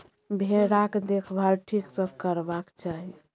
भेराक देखभाल ठीक सँ करबाक चाही